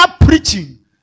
preaching